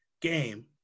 game